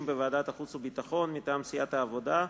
בוועדת החוץ והביטחון מטעם סיעת העבודה: